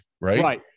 right